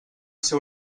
ser